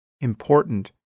important